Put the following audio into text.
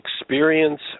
experience